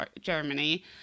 Germany